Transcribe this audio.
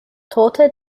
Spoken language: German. tote